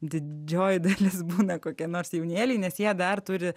didžioji dalis būna kokia nors jaunėliai nes jie dar turi